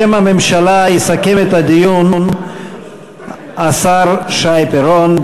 בשם הממשלה יסכם את הדיון השר שי פירון.